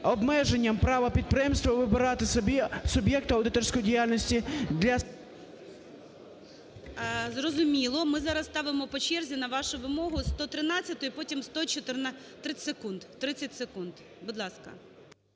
обмеження права підприємства вибирати собі суб'єкта аудиторської діяльності для… ГОЛОВУЮЧИЙ. Зрозуміло. Ми зараз ставимо по черзі на вашу вимогу 113-у і потім 114-у. 30 секунд, будь ласка.